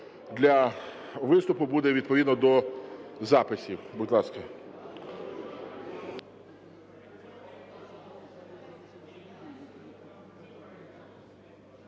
для виступу буде відповідно до записів. Будь ласка.